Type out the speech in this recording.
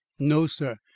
no, sir.